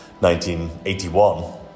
1981